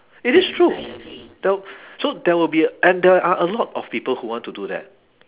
it is true there'll so there will be and there are a lot people who want to do that